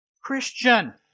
Christian